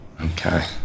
Okay